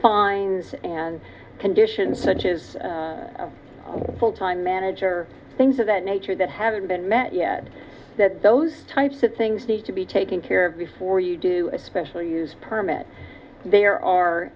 fines and conditions such as full time manager things of that nature that haven't been met yet that those types of things need to be taken care of before you do a special use permit there are